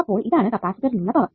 അപ്പോൾ ഇതാണ് കപ്പാസിറ്ററിലുള്ള പവർ